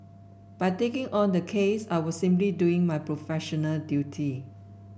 by taking on the case I was simply doing my professional duty